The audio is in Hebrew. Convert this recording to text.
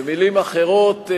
במלים אחרות,